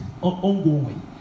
ongoing